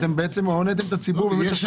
בעצם הוניתם את הציבור כי הדברים לא סומנו.